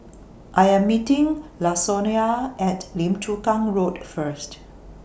I Am meeting Lasonya At Lim Chu Kang Road First